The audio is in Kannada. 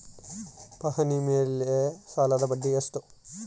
ಪಹಣಿ ಮೇಲೆ ಸಾಲದ ಬಡ್ಡಿ ಎಷ್ಟು?